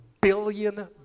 billion